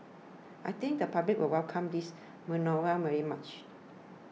I think the public will welcome this manoeuvre very much